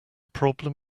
problem